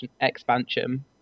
expansion